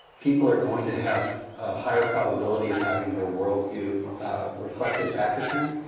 people are going to have a higher probability of having their world view reflected back at them.